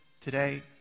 today